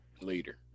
leader